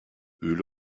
öle